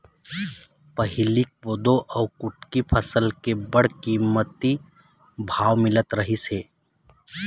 पहिली कोदो अउ कुटकी फसल के बड़ कमती भाव मिलत रहिस हे